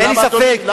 אין לי ספק, גם הם.